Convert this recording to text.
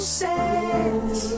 says